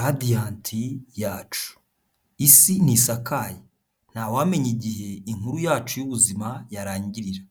Radiyanti yacu. Isi ntisakaye ntawamenya igihe inkuru yacu y'ubuzima yarangirira,